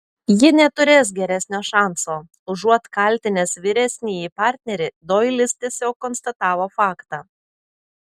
ji neturės geresnio šanso užuot kaltinęs vyresnįjį partnerį doilis tiesiog konstatavo faktą